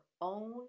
own